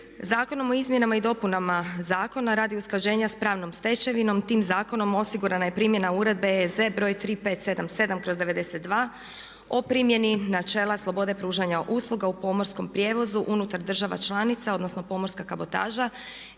Zakonom o izmjenama i dopunama Zakona radi usklađenja s pravnom stečevinom tim zakonom osigurana je primjena uredbe EZ.br.3577/92. o primjeni načela slobode pružanja usluga u pomorskom prijevozu unutar država članica odnosno pomorska kabotaža